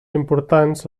importants